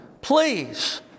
Please